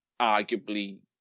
arguably